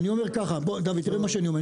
אני אומר ככה, בוא, דוד תראה מה שאני אומר.